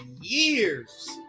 years